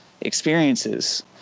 experiences